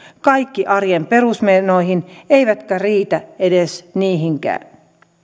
kaikki arjen perusmenoihin eivätkä riitä edes niihinkään